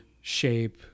shape